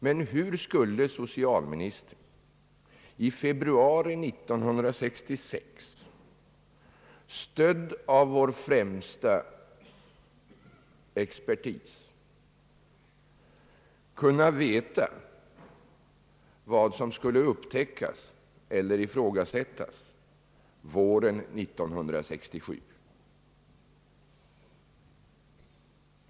Men hur skulle socialministern i februari 1966, stödd av vår främsta expertis, kunna veta vad som skulle upptäckas eller ifrågasättas våren 1967?